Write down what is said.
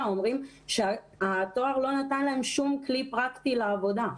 אומרים שהתואר לא נתן להם שום כלי פרקטי לעבודה.